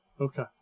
Okay